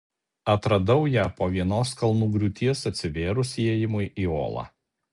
atradau ją po vienos kalnų griūties atsivėrus įėjimui į olą